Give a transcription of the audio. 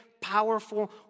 powerful